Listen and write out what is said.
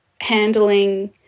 handling